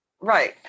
Right